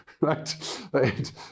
right